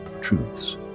truths